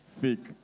fake